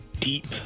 deep